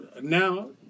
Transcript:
Now